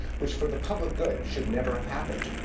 which for the public good, should never have happened.